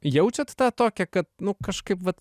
jaučiat tą tokią kad nu kažkaip vat